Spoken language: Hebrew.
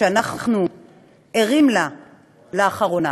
שאנחנו ערים לה לאחרונה,